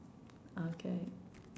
okay